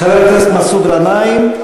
חבר הכנסת מסעוד גנאים,